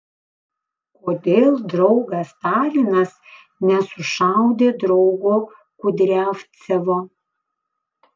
kodėl draugas stalinas nesušaudė draugo kudriavcevo